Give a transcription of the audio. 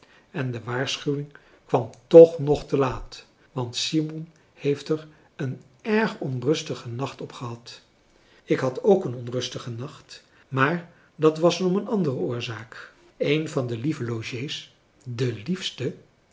en de waarschuwing kwam toch nog te laat want simon heeft er een erg onrustigen nacht op gehad ik had ook een onrustigen nacht maar dat was om een andere oorzaak een van de lieve logées de liefste